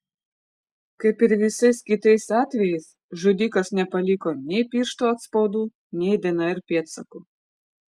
kaip ir visais kitais atvejais žudikas nepaliko nei pirštų atspaudų nei dnr pėdsakų